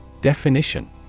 Definition